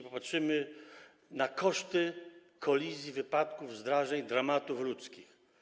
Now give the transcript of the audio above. Popatrzmy na koszty kolizji, wypadków, zdarzeń, dramatów ludzkich.